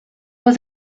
was